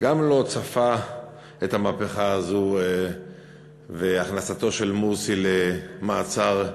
לא צפה את המהפכה הזו ואת הכנסתו של מורסי למעצר,